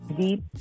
deep